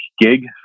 gig